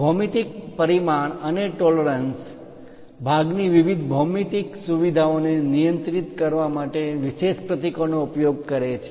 ભૌમિતિક પરિમાણ અને ટોલરન્સ પરિમાણ માં માન્ય તફાવત ભાગની વિવિધ ભૌમિતિક સુવિધાઓને નિયંત્રિત કરવા માટે વિશેષ પ્રતીકોનો ઉપયોગ કરે છે